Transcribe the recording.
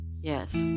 Yes